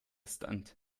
stunt